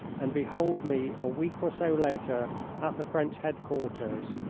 and behold me a week or so later at the french headquarters,